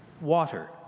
water